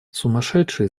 сумасшедший